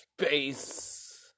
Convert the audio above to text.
space